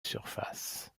surface